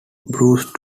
bruce